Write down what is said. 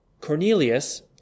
Cornelius